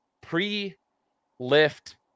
pre-lift